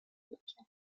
feature